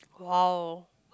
!wow!